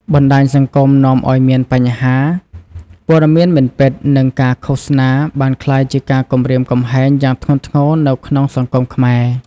បណ្តាញសង្គមនាំឲ្យមានបញ្ហា ព័ត៌មានមិនពិត និង ការឃោសនា បានក្លាយជាការគំរាមកំហែងយ៉ាងធ្ងន់ធ្ងរនៅក្នុងសង្គមខ្មែរ។